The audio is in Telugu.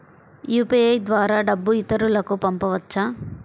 యూ.పీ.ఐ ద్వారా డబ్బు ఇతరులకు పంపవచ్చ?